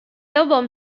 album